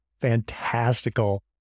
fantastical